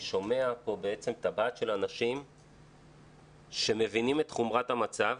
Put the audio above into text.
שומע כאן מהאנשים שמבינים את חומרת המצב.